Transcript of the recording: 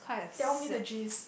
tell me the gist